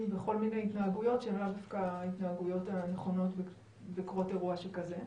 בכל מיני התנהגויות שהם לאו דווקא ההתנהגויות הנכונות בקרות אירוע שכזה.